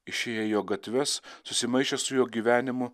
išėję į jo gatves susimaišę su jo gyvenimu